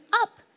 up